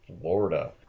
Florida